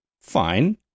Fine